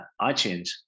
iTunes